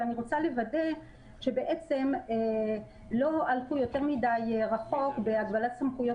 ואני רוצה לוודא שלא הלכו יותר מדי רחוק בהגבלת סמכויות